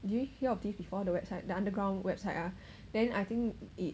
do you hear of this before the website the underground website ah then I think it